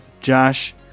Josh